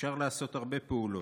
אפשר לעשות הרבה פעולות,